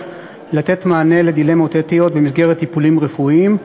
לתת מענה על דילמות אתיות במסגרת טיפולים רפואיים.